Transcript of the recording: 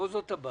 לא זאת הבעיה.